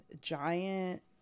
giant